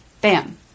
Bam